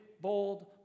bold